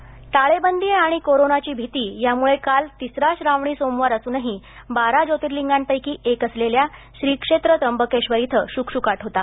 त्र्यंबकेश्वर टाळेबंदी आणि कोरोनाची भीती यामुळे काल तिसरा श्रावणी सोमवार असूनही बारा ज्योर्तिलिंगापैकी एक असलेल्या श्री क्षेत्र त्र्यंबकेश्वर इथे शुकशुकाट होता